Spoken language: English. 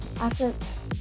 Assets